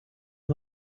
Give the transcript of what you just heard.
唱片